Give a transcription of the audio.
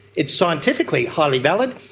it's scientifically highly valid.